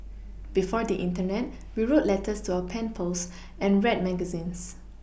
before the Internet we wrote letters to our pen pals and read magazines